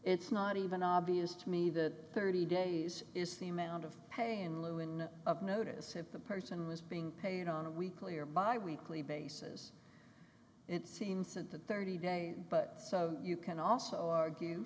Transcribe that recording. it's not even obvious to me that thirty days is the amount of pay in lieu in of notice if the person was being paid on a weekly or bi weekly basis it seems at the thirty days but so you can also argue